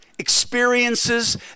experiences